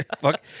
Fuck